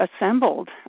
assembled